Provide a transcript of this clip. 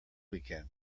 weekend